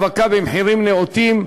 האבקה במחירים נאותים,